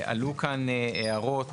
עלו כאן הערות,